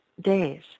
days